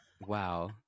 Wow